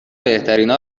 بهترینا